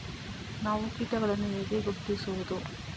ನಾವು ಕೀಟಗಳನ್ನು ಹೇಗೆ ಗುರುತಿಸುವುದು?